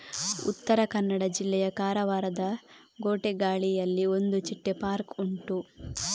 ಉತ್ತರ ಕನ್ನಡ ಜಿಲ್ಲೆಯ ಕಾರವಾರದ ಗೋಟೆಗಾಳಿಯಲ್ಲಿ ಒಂದು ಚಿಟ್ಟೆ ಪಾರ್ಕ್ ಉಂಟು